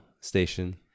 station